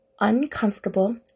uncomfortable